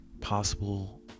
possible